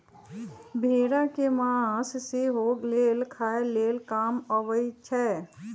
भेड़ा के मास सेहो लेल खाय लेल काम अबइ छै